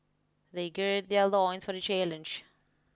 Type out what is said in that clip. they gird their loins for the challenge